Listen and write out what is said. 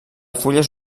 fulles